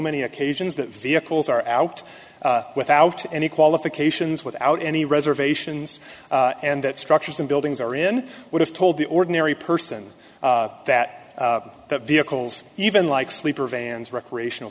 many occasions that vehicles are out without any qualifications without any reservations and that structures and buildings are in would have told the ordinary person that the vehicles even like sleeper vans recreational